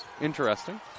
interesting